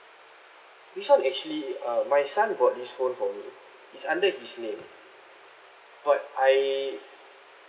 this [one] actually uh my son bought this phone for me it's under his name but I